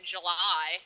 July